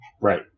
Right